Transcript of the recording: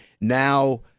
now